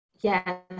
Yes